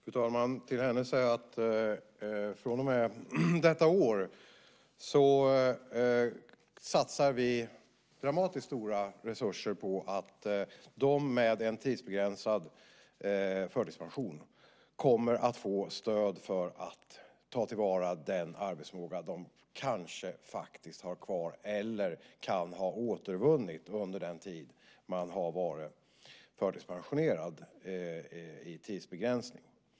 Fru talman! Till henne säger jag att vi från och med detta år satsar mycket stora resurser på att de med tidsbegränsad förtidspension ska få stöd för att kunna ta till vara den arbetsförmåga de kanske har kvar eller kan ha återvunnit under den tid de varit förtidspensionerade.